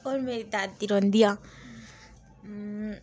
होर मेरी दादी रौंह्दी आं